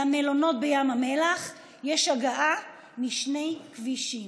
למלונות בים המלח יש הגעה משני כבישים.